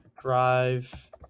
drive